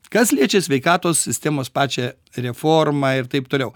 kas liečia sveikatos sistemos pačią reformą ir taip toliau